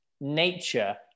nature